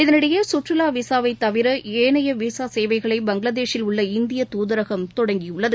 இதற்கிடையே கற்றுலா விசாவை தவிர ஏனைய விசா சேவைகளை பங்களாதேஷில் உள்ள இந்திய தூதரகம் தொடங்கியுள்ளது